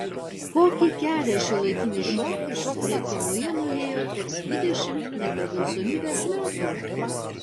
kokį kelią šiuolaikinis šokis lietuvoje nuėjo per dvidešimt nepriklausomybės metų